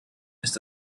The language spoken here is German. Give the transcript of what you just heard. ist